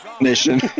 Nation